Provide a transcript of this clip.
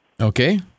Okay